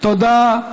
תודה.